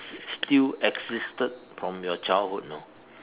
still existed from your childhood you know